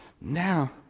Now